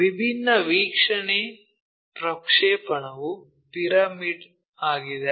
ವಿಭಿನ್ನ ವೀಕ್ಷಣೆ ಪ್ರಕ್ಷೇಪಣವು ಪಿರಮಿಡ್ ಆಗಿದೆ